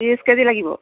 বিশ K G লাগিব